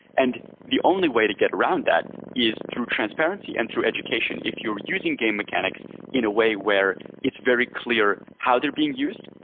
and the only way to get around that is through transparency and through education. if you're using game mechanics in a way where it's very clear how they're being used,